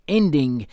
ending